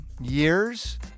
years